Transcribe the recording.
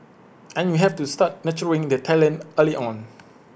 and you have to start nurturing the talent early on